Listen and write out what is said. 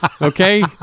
okay